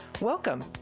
Welcome